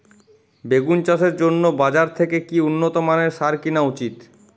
বেগুন চাষের জন্য বাজার থেকে কি উন্নত মানের সার কিনা উচিৎ?